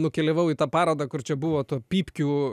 nukeliavau į tą parodą kur čia buvo tų pypkių